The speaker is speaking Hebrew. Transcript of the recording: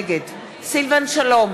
נגד סילבן שלום,